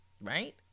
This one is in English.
right